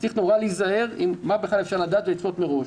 צריך נורא להיזהר עם מה בכלל אפשר לדעת ולצפות מראש.